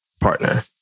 partner